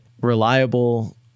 reliable